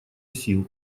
сил